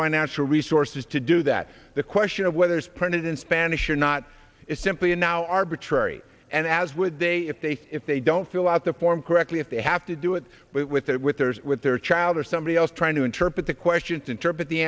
financial resources to do that the question of whether it's printed in spanish not is simply now arbitrary and as with they if they if they don't fill out the form correctly if they have to do it with it with theirs with their child or somebody else trying to interpret the question to interpret the